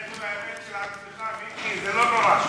תלך עם האמת של עצמך, מיקי, זה לא נורא.